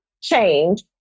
change